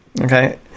Okay